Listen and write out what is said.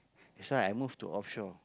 that's why I move to offshore